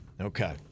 Okay